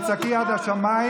אתה תקבל את זה.